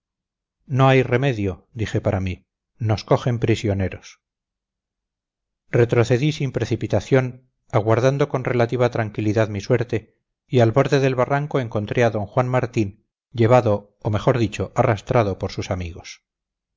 no hay remedio dije para mí nos cogen prisioneros retrocedí sin precipitación aguardando con relativa tranquilidad mi suerte y al borde del barranco encontré a d juan martín llevado o mejor dicho arrastrado por sus amigos